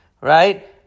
right